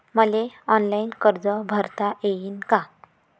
मले ऑनलाईन कर्ज भरता येईन का?